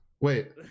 wait